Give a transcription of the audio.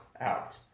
out